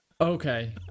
Okay